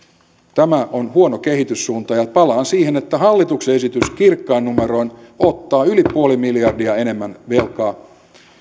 tämä on huono kehityssuunta palaan siihen että hallituksen esitys kirkkain numeroin ottaa yli nolla pilkku viisi miljardia enemmän velkaa